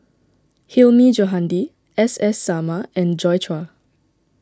Hilmi Johandi S S Sarma and Joi Chua